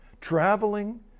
traveling